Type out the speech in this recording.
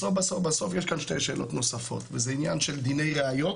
בסוף בסוף בסוף יש כאן שתי שאלות נוספות וזה עניין של דיני ראיות